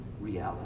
reality